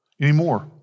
anymore